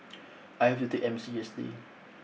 I have to take M C yesterday